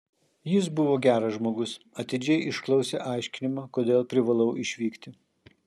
jis buvo geras žmogus atidžiai išklausė aiškinimą kodėl privalau išvykti